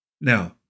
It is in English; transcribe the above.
Now